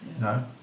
No